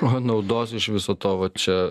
o naudos iš viso to va čia